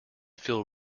feel